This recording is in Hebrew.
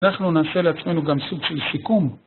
אנחנו נעשה לעצמנו גם סוג של סיכום.